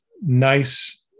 nice